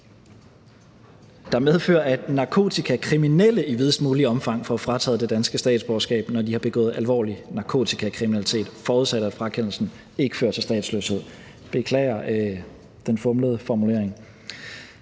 der medfører, at narkotikakriminelle i videst muligt omfang får frataget det danske statsborgerskab, når de har begået alvorlig narkotikakriminalitet, forudsat at frakendelsen ikke fører til statsløshed. Jeg tror selv, jeg